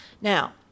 Now